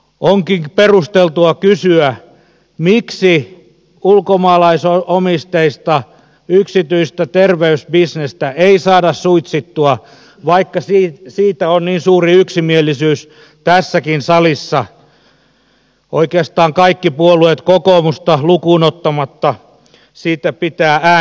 onkin perusteltua kysyä miksi ulkomaalaisomisteista yksityistä terveysbisnestä ei saada suitsittua vaikka siitä on niin suuri yksimielisyys tässäkin salissa oikeastaan kaikki puolueet kokoomusta lukuun ottamatta pitävät siitä ääntä